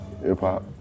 hip-hop